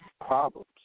problems